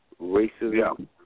racism